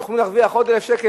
הם יכולים להרוויח עוד 1,000 שקל,